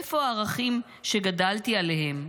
איפה הערכים שגדלתי עליהם?